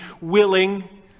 willing